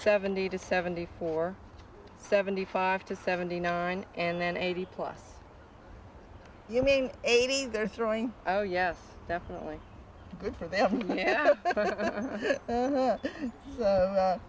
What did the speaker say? seventy to seventy four seventy five to seventy nine and then eighty plus you mean eighty they're throwing oh yes definitely good for them